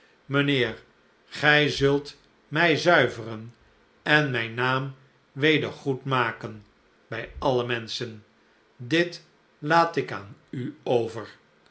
mh'nheer gij zult mij zuiveren en mijn naam weder goed maken bij alle menschen dit laat ik aan u over